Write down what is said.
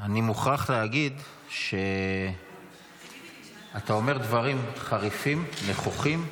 אני מוכרח להגיד שאתה אומר דברים חריפים, נכוחים,